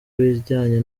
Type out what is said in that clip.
ibijyanye